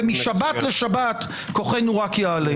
ומשבת לשבת כוחנו רק יעלה.